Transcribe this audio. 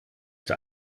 der